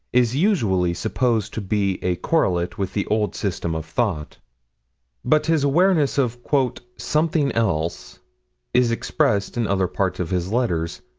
is usually supposed to be a correlate with the old system of thought but his awareness of something else is expressed in other parts of his letters,